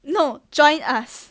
no join us